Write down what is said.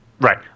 Right